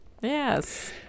Yes